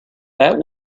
that